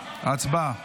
הצבעה.